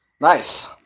nice